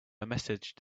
messaged